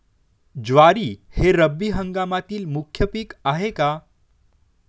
ज्वारी हे रब्बी हंगामातील मुख्य पीक आहे का?